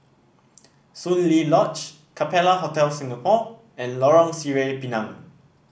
Soon Lee Lodge Capella Hotel Singapore and Lorong Sireh Pinang